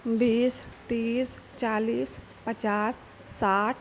बीस तीस चालीस पचास साठि